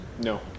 No